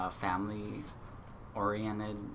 family-oriented